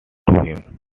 him